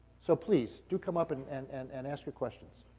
so, please, do come up and and and and ask the questions.